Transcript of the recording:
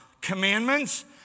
commandments